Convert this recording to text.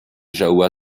jahoua